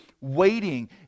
waiting